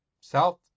South